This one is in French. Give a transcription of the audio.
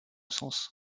sens